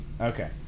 Okay